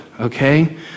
okay